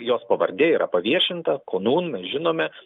jos pavardė yra paviešinta konūn mes žinome